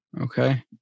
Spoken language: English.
Okay